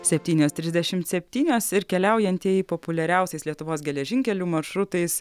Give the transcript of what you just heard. septynios trisdešimt septynios ir keliaujantieji populiariausiais lietuvos geležinkelių maršrutais